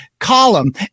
column